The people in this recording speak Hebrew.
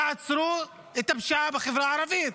תעצרו את הפשיעה בחברה הערבית.